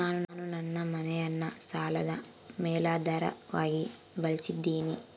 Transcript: ನಾನು ನನ್ನ ಮನೆಯನ್ನ ಸಾಲದ ಮೇಲಾಧಾರವಾಗಿ ಬಳಸಿದ್ದಿನಿ